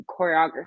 choreography